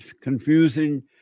confusing